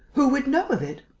who would know of it?